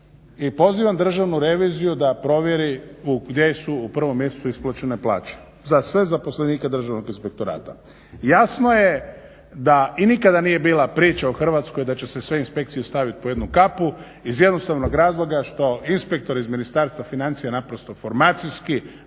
I pozivam državnu reviziju da provjeri gdje su u 1. mjesecu isplaćene plaće za sve zaposlenike Državnog inspektorata. Jasno je da i nikada nije bila priča u Hrvatskoj da će se sve inspekcije staviti po jednu kapu iz jednostavnog razloga što inspektori iz Ministarstva financija naprosto formacijski